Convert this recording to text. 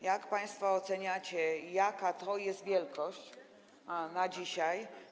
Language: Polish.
Jak państwo oceniacie, jaka to jest wielkość na dzisiaj?